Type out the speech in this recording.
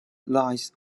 lies